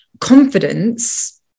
confidence